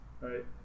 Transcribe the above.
right